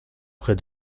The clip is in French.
près